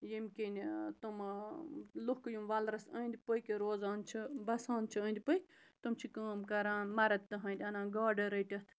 ییٚمۍ کِنۍ تٕمہٕ لُکھ یِم وَلرَس أنٛدۍ پٔکۍ روزان چھِ بَسان چھِ أنٛدۍ پٔکۍ تِم چھِ کٲم کَران مَرٕد تٕہٕنٛدۍ اَنان گاڈٕ رٔٹِتھ